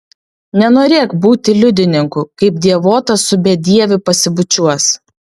nenorėk būti liudininku kaip dievotas su bedieviu pasibučiuos